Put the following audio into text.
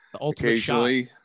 Occasionally